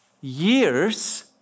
years